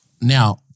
Now